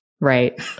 Right